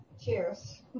Cheers